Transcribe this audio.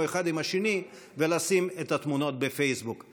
אחד עם השני ולשים את התמונות בפייסבוק.